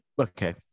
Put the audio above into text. okay